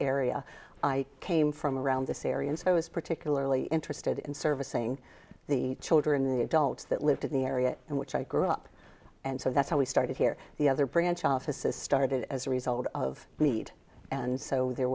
area i came from around the syrians i was particularly interested in servicing the children the adults that lived in the area in which i grew up and so that's how we started here the other branch offices started as a result of meat and so there